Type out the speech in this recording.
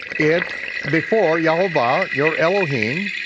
it before yehovah, your elohim,